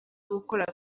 gukora